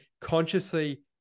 consciously